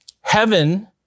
Heaven